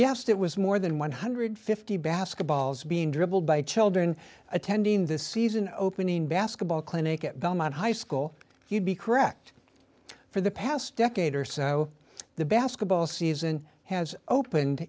guessed it was more than one hundred and fifty dollars basketballs being dribbled by children attending this season opening basketball clinic at belmont high school you'd be correct for the past decade or so the basketball season has opened